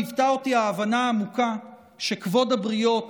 ליוותה אותי ההבנה העמוקה שכבוד הבריות,